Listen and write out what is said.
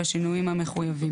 בשינויים המחויבים,